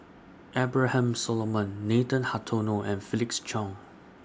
Abraham Solomon Nathan Hartono and Felix Cheong